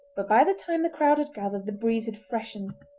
but by the time the crowd had gathered the breeze had freshened,